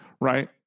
Right